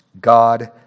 God